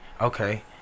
okay